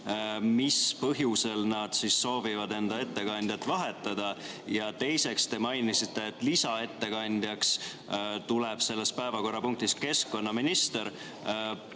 mis põhjusel nad soovivad enda ettekandjat vahetada? Ja teiseks, te mainisite, et lisaettekandjaks tuleb selles päevakorrapunktis keskkonnaminister.